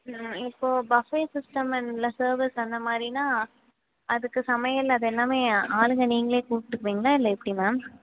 இப்போது buffet சிஸ்டம்மென்ல service அந்த மாதிரினா அதுக்கு சமையல் அது எல்லாமே ஆளுங்க நீங்களே கூப்பிட்டுப்பிங்களா இல்லை எப்படி மேம்